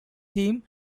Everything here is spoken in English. team